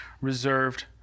reserved